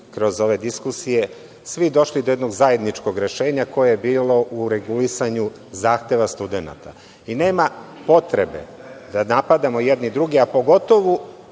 kroz ove diskusije, svi došli do jednog zajedničkog rešenja koje je bilo u regulisanju zahteva studenata. Nema potrebe da napadamo jedni druge, a pogotovu